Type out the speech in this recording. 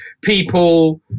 people